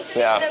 yeah